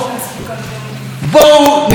בואו נלך לבחירות.